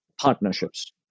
partnerships